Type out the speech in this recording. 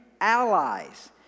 allies